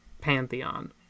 pantheon